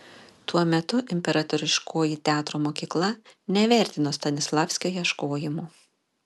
tuo metu imperatoriškoji teatro mokykla nevertino stanislavskio ieškojimų